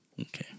Okay